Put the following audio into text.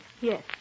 Yes